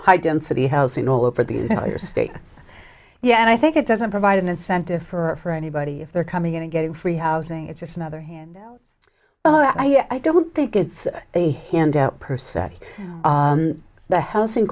high density housing all over the entire state yeah and i think it doesn't provide an incentive for anybody if they're coming in and getting free housing it's just another hand i don't think it's a handout per se the housing